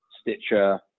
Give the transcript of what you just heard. Stitcher